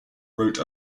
wrote